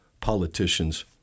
politicians